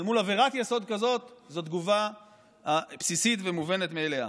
אבל מול עבירת יסוד כזאת זו תגובה בסיסית ומובנת מאליה.